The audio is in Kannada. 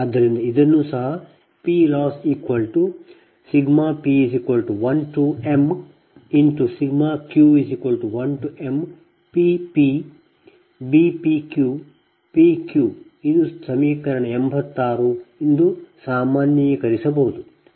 ಆದ್ದರಿಂದ ಇದನ್ನು ಸಹ PLossp1mq1mPpBpqPq ಇದು ಸಮೀಕರಣ 86 ಎಂದು ಸಾಮಾನ್ಯೀಕರಿಸಬಹುದು